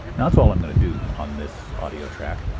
that's all i'm going to do on this audio track.